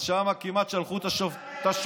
אז שם כמעט שלחו את השוטרים